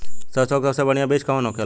सरसों का सबसे बढ़ियां बीज कवन होखेला?